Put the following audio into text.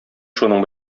шуның